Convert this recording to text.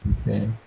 Okay